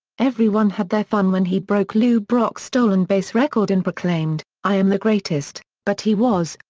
everyone had their fun when he broke lou brock's stolen base record and proclaimed, i am the greatest, but he was,